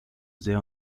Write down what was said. sehr